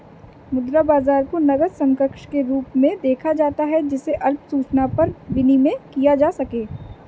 मुद्रा बाजार को नकद समकक्ष के रूप में देखा जाता है जिसे अल्प सूचना पर विनिमेय किया जा सके